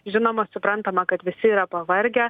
žinoma suprantama kad visi yra pavargę